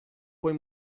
poi